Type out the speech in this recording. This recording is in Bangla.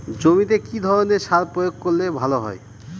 জমিতে কি ধরনের সার প্রয়োগ করলে ভালো হয়?